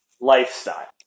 lifestyle